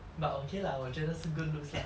but okay lah 我觉得是 good looks lah